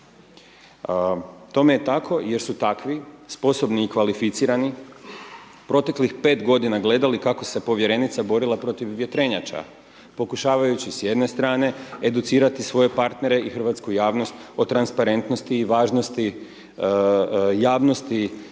tome je tako jer su takvi sposobni i kvalificirani proteklih 5 godina gledali kako se povjerenica borila protiv vjetrenjača pokušavajući s jedne strane educirati svoje partnere i hrvatsku javnost o transparentnosti i važnosti javnosti